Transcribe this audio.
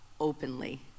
openly